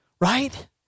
right